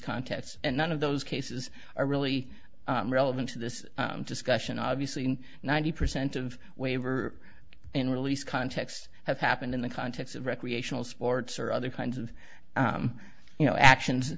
contests and none of those cases are really relevant to this discussion obviously ninety percent of waiver and release context have happened in the context of recreational sports or other kinds of you know actions